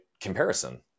comparison